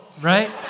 right